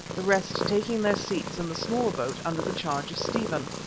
the rest taking their seats in the smaller boat under the charge of stephen.